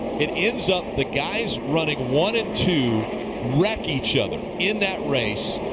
it ends up the guys running one and two wreck each other in that race.